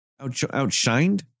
Outshined